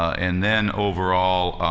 and then overall,